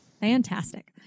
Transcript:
Fantastic